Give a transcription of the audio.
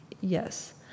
yes